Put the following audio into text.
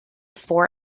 four